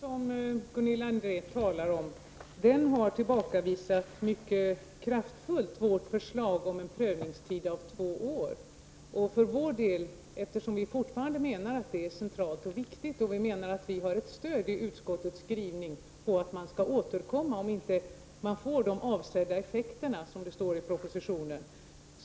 Herr talman! Jag kanske skall klarlägga att den reservation som Gunilla André talar om har mycket kraftfullt tillbakavisat vårt förslag om en prövningstid av två år. För oss är detta fortfarande centralt och viktigt, och vi menar att vi har stöd i utskottets skrivning om att regeringen skall återkomma i frågan, om de avsedda effekterna inte uppnås, vilket också står i propositionen.